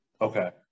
Okay